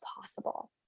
possible